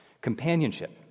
companionship